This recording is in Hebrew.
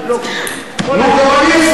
גם אני חייתי את אותה תקופה,